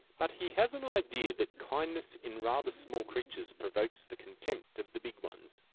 but he has an idea that kindness in rather small creatures provokes the contempt of the big ones.